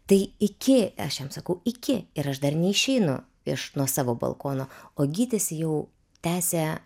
tai iki aš jam sakau iki ir aš dar neišeinu iš nuo savo balkono o gytis jau tęsia